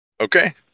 Okay